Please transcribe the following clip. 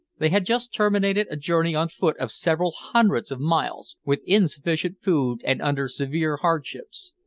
they had just terminated a journey on foot of several hundreds of miles, with insufficient food and under severe hardships.